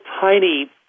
tiny